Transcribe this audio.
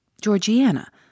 Georgiana